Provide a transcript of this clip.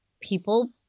people